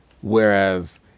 Whereas